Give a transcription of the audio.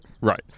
right